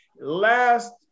Last